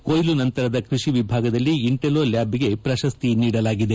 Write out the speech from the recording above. ಕೋಯ್ತು ನಂತರದ ಕ್ವಡಿ ವಿಭಾಗದಲ್ಲಿ ಇಂಟೆಲೋ ಲ್ಯಾಬ್ಗೆ ಪ್ರಶಸ್ತಿ ನೀಡಲಾಗಿದೆ